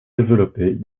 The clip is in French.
développer